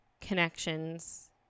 connections